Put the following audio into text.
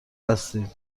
هستید